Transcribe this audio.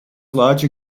larger